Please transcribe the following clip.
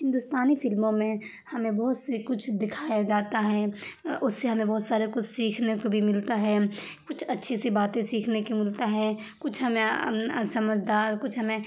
ہندوستانی فلموں میں ہمیں بہت سی کچھ دکھایا جاتا ہے اس سے ہمیں بہت سارے کچھ سیکھنے کو بھی ملتا ہے کچھ اچھی سی باتیں سیکھنے کو ملتا ہے کچھ ہمیں سمجھدار کچھ ہمیں